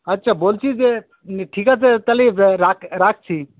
আচ্ছা বলছি যে ঠিক আছে তাহলে রাখ রাখছি